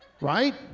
Right